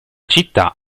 città